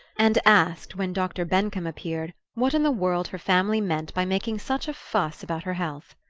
and asked when dr. bencomb appeared what in the world her family meant by making such a fuss about her health.